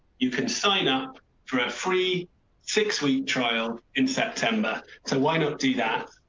you can sign up for a free six week trial in september, so why not do that?